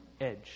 edge